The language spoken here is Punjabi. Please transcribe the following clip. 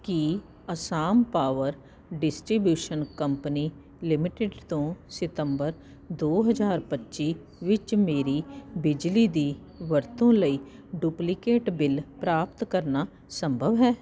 ਕੀ Assam power distribution company limited ਤੋਂ ਸਤੰਬਰ ਦੋ ਹਜ਼ਾਰ ਪੱਚੀ ਵਿੱਚ ਮੇਰੀ ਬਿਜਲੀ ਦੀ ਵਰਤੋਂ ਲਈ ਡੁਪਲੀਕੇਟ ਬਿੱਲ ਪ੍ਰਾਪਤ ਕਰਨਾ ਸੰਭਵ ਹੈ